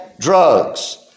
drugs